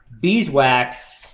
Beeswax